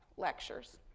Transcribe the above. lectures.